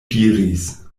diris